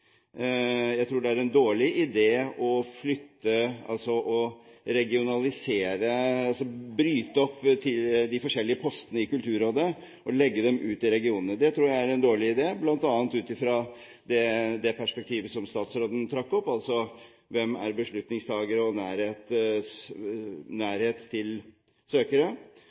Jeg tror det er en dårlig idé å bryte opp de forskjellige postene i Kulturrådet og legge dem ut til regionene. Det tror jeg er en dårlig idé, bl.a. ut fra det perspektivet som statsråden trakk opp, altså hvem det er som er beslutningstakere, og hvem det er som har nærhet til søkere,